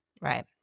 Right